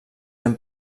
ben